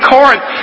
Corinth